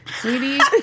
Sweetie